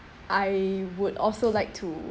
I would also like to